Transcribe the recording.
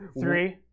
three